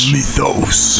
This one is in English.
Mythos